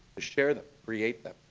to share them, create them,